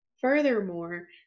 Furthermore